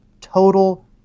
total